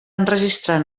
enregistrar